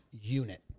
unit